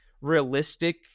realistic